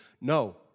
No